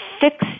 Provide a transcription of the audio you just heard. fixed